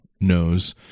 knows